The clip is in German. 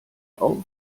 auch